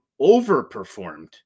overperformed